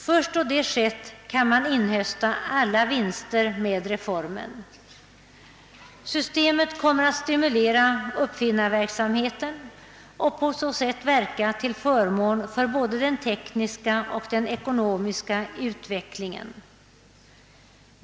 Först därefter kan man inhösta alla vinster av reformen. Systemet kommer att stimulera uppfinnarverksamheten och därigenom verka till förmån för både den tekniska och den ekonomiska utvecklingen.